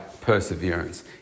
perseverance